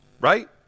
right